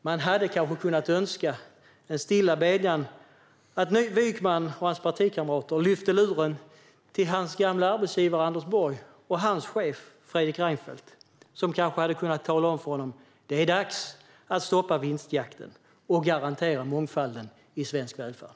Man hade kunnat önska och stilla bedja om att Wykman och hans partikamrater lyfte luren till sin gamla arbetsgivare Anders Borg och hans chef Fredrik Reinfeldt, som kanske hade kunnat tala om för dem att det är dags att stoppa vinstjakten och garantera mångfalden i svensk välfärd.